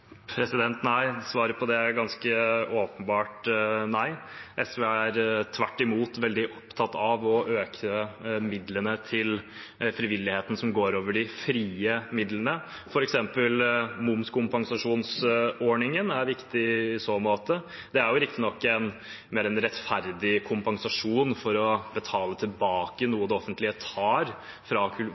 Svaret på det er ganske åpenbart nei. SV er tvert imot veldig opptatt av å øke midlene til frivilligheten som går over de frie midlene. For eksempel er momskompensasjonsordningen viktig i så måte. Det er riktignok mer en rettferdig kompensasjon for å betale tilbake noe det offentlige tar fra